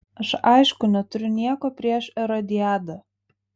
aš aišku neturiu nieko prieš erodiadą